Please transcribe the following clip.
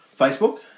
Facebook